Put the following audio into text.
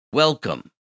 Welcome